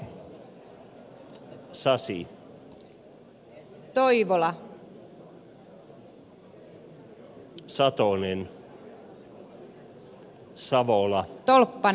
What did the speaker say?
kannatan tehtyä esitystä